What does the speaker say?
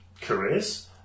careers